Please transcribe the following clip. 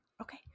Okay